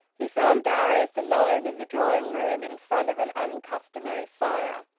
he found darius alone in the drawing-room, in front of an uncustomary fire,